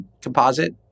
composite